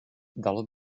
dalo